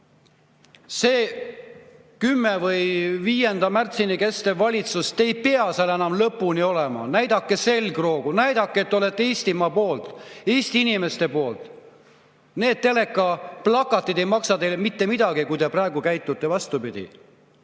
See 5. märtsini kestev valitsus – te ei pea seal lõpuni olema. Näidake selgroogu! Näidake, et te olete Eestimaa poolt, Eesti inimeste poolt! Need telekaplakatid ei [loe] mitte midagi, kui te praegu käitute vastupidi.